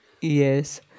Yes